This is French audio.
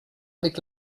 avec